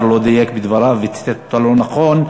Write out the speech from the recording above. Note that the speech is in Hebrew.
לא דייק בדבריו וציטט אותה לא נכון.